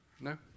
No